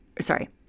sorry